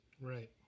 Right